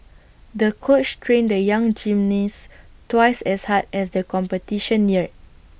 the coach trained the young gymnast twice as hard as the competition neared